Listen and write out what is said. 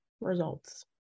results